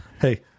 Hey